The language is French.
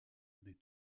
des